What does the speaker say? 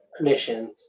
missions